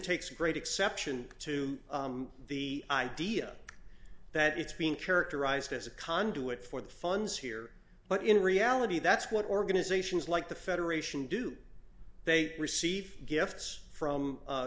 takes great exception to the idea that it's being characterized as a conduit for the funds here but in reality that's what organizations like the federation do they receive gifts from